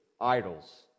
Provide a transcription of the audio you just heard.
idols